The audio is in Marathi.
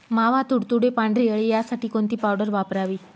मावा, तुडतुडे, पांढरी अळी यासाठी कोणती पावडर वापरावी?